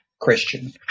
Christian